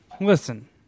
Listen